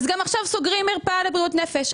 אז עכשיו גם סוגרים מרפאה לבריאות נפש?